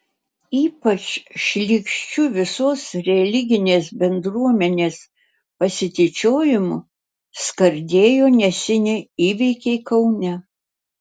ypač šlykščiu visos religinės bendruomenės pasityčiojimu skardėjo neseni įvykiai kaune